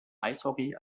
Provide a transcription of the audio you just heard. eishockey